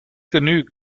genug